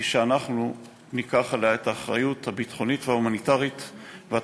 היא שאנחנו ניקח את האחריות הביטחונית וההומניטרית עליה,